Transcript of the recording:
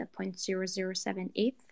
0.0078